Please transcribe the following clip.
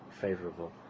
favorable